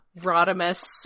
Rodimus